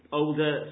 older